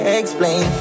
explain